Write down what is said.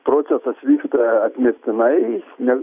procesas vyksta atmestinai ne